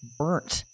burnt